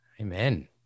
Amen